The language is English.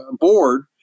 board